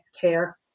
care